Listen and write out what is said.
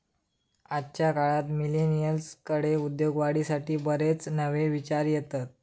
आजच्या काळात मिलेनियल्सकडे उद्योगवाढीसाठी बरेच नवे विचार येतत